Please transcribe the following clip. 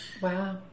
Wow